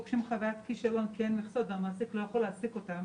והיו פוגשים חוויית כישלון כי אין מכסות והמעסיק לא יכול להעסיק אותם